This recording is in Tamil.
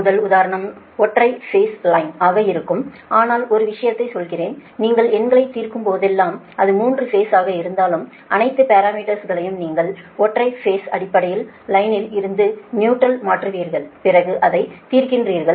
முதல் உதாரணம் ஒற்றை பேஸ் லைன் ஆக இருக்கும் ஆனால் ஒரு விஷயத்தை சொல்கிறேன் நீங்கள் எண்களைத் தீர்க்கும் போதெல்லாம் அது மூன்று பேஸ் ஆக இருந்தாலும் அனைத்து பாரமீட்டர்ஸ்களையும் நீங்கள் ஒற்றை பேஸ் அடிப்படையில் லைனில் இருந்து நியூட்ரல்க்கு மாற்றுவீர்கள் பிறகு அதை தீர்க்கிறீர்கள்